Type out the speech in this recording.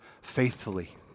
faithfully